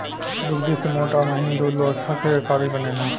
लुगदी से मोट आ महीन दू लेखा के कागज बनेला